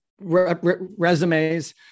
resumes